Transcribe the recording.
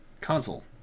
console